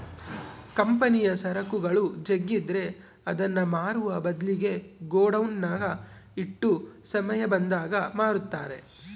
ಕಂಪನಿಯ ಸರಕುಗಳು ಜಗ್ಗಿದ್ರೆ ಅದನ್ನ ಮಾರುವ ಬದ್ಲಿಗೆ ಗೋಡೌನ್ನಗ ಇಟ್ಟು ಸಮಯ ಬಂದಾಗ ಮಾರುತ್ತಾರೆ